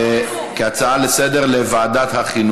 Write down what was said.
כהצעה לסדר-היום,